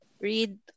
read